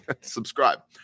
Subscribe